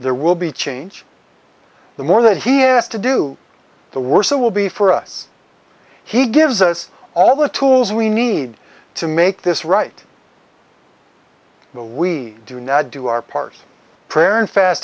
there will be change the more that he has to do the worse it will be for us he gives us all the tools we need to make this right we do not do our part prayer and fast